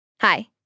Hi